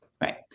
right